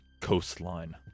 coastline